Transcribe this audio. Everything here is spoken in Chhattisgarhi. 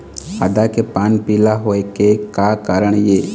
आदा के पान पिला होय के का कारण ये?